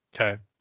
Okay